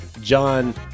John